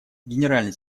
генеральный